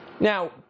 Now